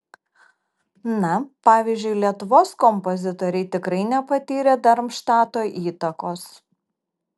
na pavyzdžiui lietuvos kompozitoriai tikrai nepatyrė darmštato įtakos